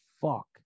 fuck